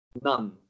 none